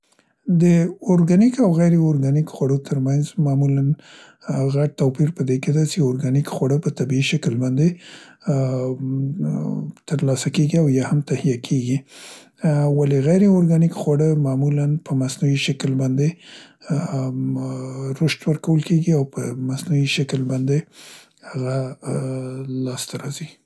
د اورګانیک او غیر اورګانیک خوړل تر معمولاً منځ غټ توپیر په دې کې ده څې اورګانیک خواړه په طبیعي شکل باندې ا ام م تر لاسه کیګي او یا هم تهیه کیګي ولې غیر اورګانیک خواړه معمولاً په مصنوعي شکل باندې ام م رشد ورکول کیګي او په مصنوعي شکل باندې هغه ا لاسته راځي.